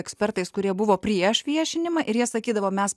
ekspertais kurie buvo prieš viešinimą ir jie sakydavo mes